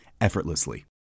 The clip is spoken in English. effortlessly